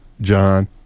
John